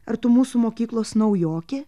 ar tu mūsų mokyklos naujokė